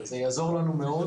זה יעזור לנו מאוד.